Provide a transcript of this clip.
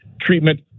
treatment